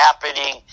happening